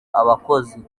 abakozi